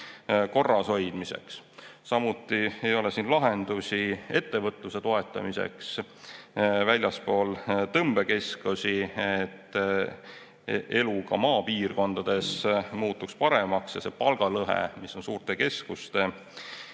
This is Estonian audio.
korrashoidmiseks. Samuti ei ole lahendusi ettevõtluse toetamiseks väljaspool tõmbekeskusi, et elu ka maapiirkondades muutuks paremaks ja palgalõhe, mis on suurte keskuste